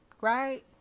right